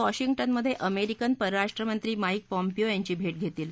वॉशिंग्टनमध्ये American परराष्ट्रमंत्री Mike Pompeo यांची भेट घेतील